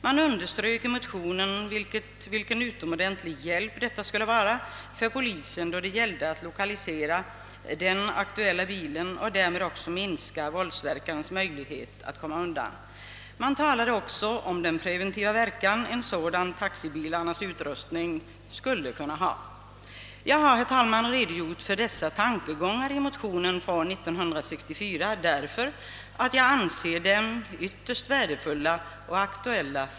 Man underströk i motionen vilken utomordentlig hjälp detta skulle vara för polisen då det gällde att lokalisera den aktuella bilen och därmed också minska våldsverkarens möjligheter att komma undan. Man talade också om den preventiva verkan en sådan utrustning av taxibilarna skulle kunna få. Jag har, herr talman, redogjort för dessa tankegångar i motionen från 1964, därför att jag anser dem alltjämt vara ytterst värdefulla och aktuella.